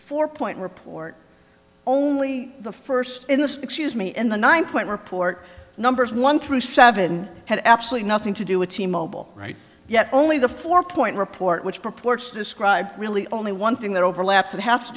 four point report only the first in this excuse me in the nine point report numbers one through seven had absolutely nothing to do with the mobile right yet only the four point report which purports to describe really only one thing that overlaps it has to